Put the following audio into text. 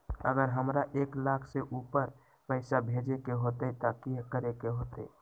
अगर हमरा एक लाख से ऊपर पैसा भेजे के होतई त की करेके होतय?